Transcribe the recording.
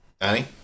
Danny